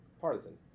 partisan